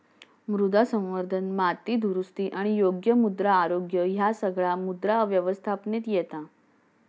मृदा संवर्धन, माती दुरुस्ती आणि योग्य मृदा आरोग्य ह्या सगळा मृदा व्यवस्थापनेत येता